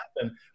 happen